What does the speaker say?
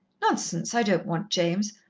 nonsense, i don't want james.